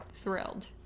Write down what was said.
thrilled